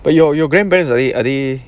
but your your grandparents or they are they